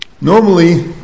normally